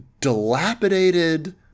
dilapidated